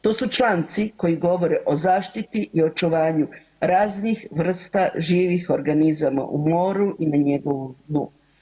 To su članci koji govore o zaštiti i očuvanju raznih vrsta živih organizama u moru i na njegovu dnu.